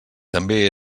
també